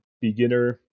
beginner